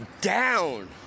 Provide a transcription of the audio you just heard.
down